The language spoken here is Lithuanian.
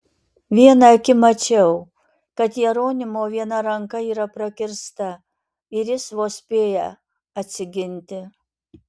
viena akim mačiau kad jeronimo viena ranka yra prakirsta ir jis vos spėja atsiginti